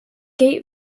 gate